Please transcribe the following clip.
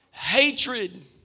Hatred